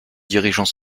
dirigeants